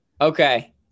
Okay